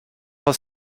for